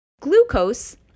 glucose